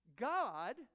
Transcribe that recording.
God